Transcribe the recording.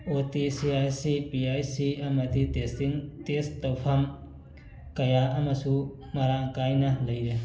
ꯑꯣ T C S C P S C ꯑꯃꯗꯤ testing test ꯇꯧꯐꯝ ꯀꯌꯥ ꯑꯃꯁꯨ ꯃꯔꯥꯡ ꯀꯥꯏꯅ ꯂꯩꯔꯦ